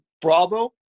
Bravo